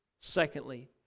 Secondly